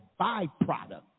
byproduct